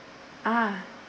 ah